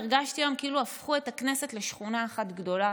הרגשתי היום כאילו הפכו את הכנסת לשכונה אחת גדולה,